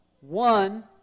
One